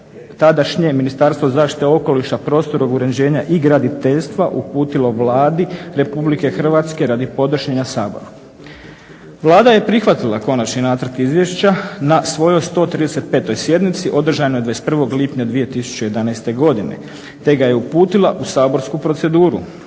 tadašnje Ministarstvo zaštite okoliša, prostornog uređenja i graditeljstva uputilo Vladi Republike Hrvatske radi podnošenja Saboru. Vlada je prihvatila konačni nacrt izvješća na svojoj 135. sjednici održanoj 21. lipnja 2011.godine te ga je uputila u saborsku proceduru.